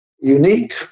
Unique